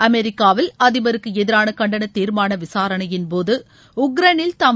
அமெரிக்காவில் அதிபருக்கு எதிராள கண்டன தீர்மான விசாரணையின் போது உக்ரைனில் தாம்